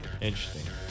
Interesting